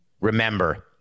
Remember